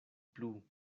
plu